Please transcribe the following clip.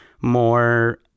more